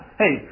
hey